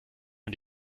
man